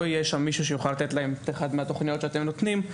לא יהיה שם מישהו שיוכל לתת להם את אחת מהתכניות שאתם נותנים,